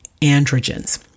androgens